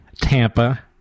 Tampa